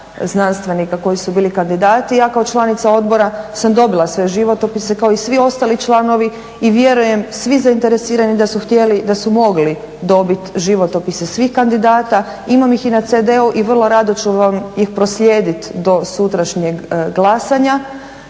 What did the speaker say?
znanstvenika koji su bili kandidati. Ja kao članica odbora sam dobila sve životopise kao i svi ostali članovi i vjerujem svi zainteresirani da su htjeli da su mogli dobiti životopise svih kandidata, imam ih i na CD-u i vrlo rado ću vam ih proslijediti do sutrašnjeg glasanja.